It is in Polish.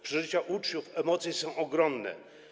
Przeżycia uczniów, ich emocje są ogromne.